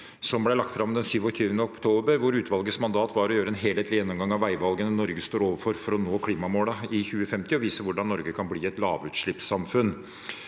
mot 2050, den 27. oktober. Utvalgets mandat var å gjøre en helhetlig gjennomgang av veivalgene Norge står overfor for å nå klimamålene i 2050, og vise hvordan Norge kan bli et lavutslippssamfunn